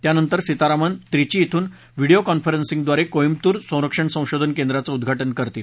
त्यानंतर सीतारामन त्रिची इथून व्हिडीओ कॉन्फरन्सिंगद्वारे कोईम्बतूर संरक्षण संशोधन केंद्राचं उद्घाटन करतील